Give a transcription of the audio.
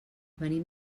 venim